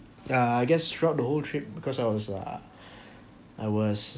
ah I guess throughout the whole trip because I was I was